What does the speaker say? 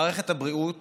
מערכת הבריאות